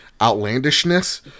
outlandishness